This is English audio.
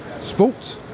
Sports